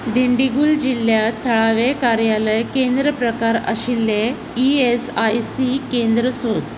दिंडीगुल जिल्ल्यांत थळावें कार्यालय केंद्र प्रकार आशिल्ले ई एस आय सी केंद्र सोद